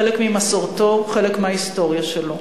חלק ממסורתו, חלק מההיסטוריה שלו.